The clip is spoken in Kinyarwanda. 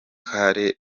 karera